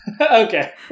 Okay